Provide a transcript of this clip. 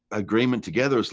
ah dreaming together,